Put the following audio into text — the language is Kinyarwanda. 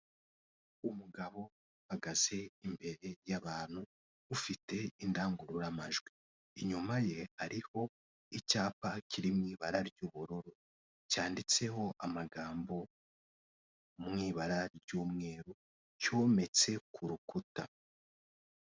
Umugabo ahagaze imbere y'abantu ufite indangururamajwi, inyuma ye hariho icyapa kiri mw'ibara ry'ubururu, cyanditseho amagambowbara ry'umweru cyometse k'urukuta.